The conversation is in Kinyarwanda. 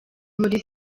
muri